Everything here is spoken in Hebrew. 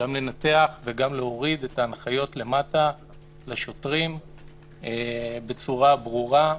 גם לנתח וגם להוריד את ההנחיות למטה לשוטרים בצורה ברורה,